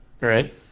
Right